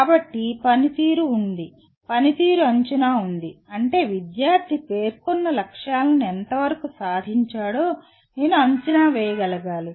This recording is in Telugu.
కాబట్టి పనితీరు ఉంది పనితీరు అంచనా ఉంది అంటే విద్యార్థి పేర్కొన్న లక్ష్యాలను ఎంతవరకు సాధించాడో నేను అంచనా వేయగలగాలి